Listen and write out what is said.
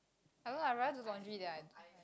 I don't know I rather do laundry than I